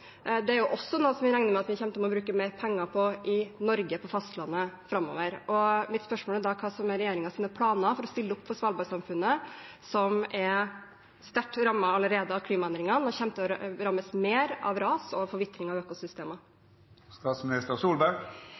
Det er jo også noe vi regner med at vi kommer til å måtte bruke mer penger på i Norge på fastlandet framover. Mitt spørsmål er da: Hva er regjeringens planer for å stille opp for Svalbard-samfunnet, som er sterkt rammet allerede av klimaendringene, og som kommer til å rammes mer av ras og forvitring av